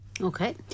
Okay